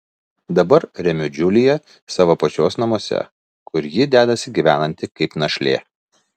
dabar remiu džiuliją savo pačios namuose kur ji dedasi gyvenanti kaip našlė